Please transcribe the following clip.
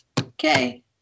okay